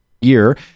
year